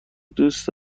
دوست